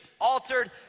altered